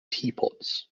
teapots